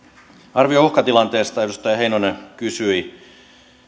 arvio uhkatilanteesta edustaja heinonen kysyi